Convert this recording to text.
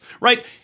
right